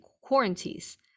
quarantines